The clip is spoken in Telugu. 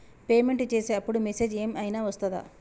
పేమెంట్ చేసే అప్పుడు మెసేజ్ ఏం ఐనా వస్తదా?